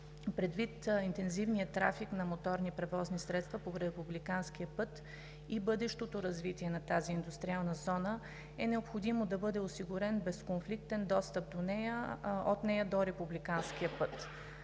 Предвид интензивния трафик на моторни превозни средства по републиканския път и бъдещото развитие на тази индустриална зона е необходимо да бъде осигурен безконфликтен достъп от нея до републиканския път.